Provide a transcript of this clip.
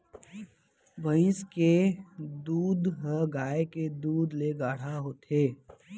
भईंस के दूद ह गाय के दूद ले गाढ़ा होथे